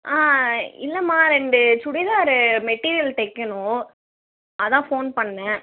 இல்லைமா ரெண்டு சுடிதாரு மெட்டீரியல் தைக்கணும் அதான் ஃபோன் பண்ணுணே